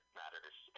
matters